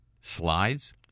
Slides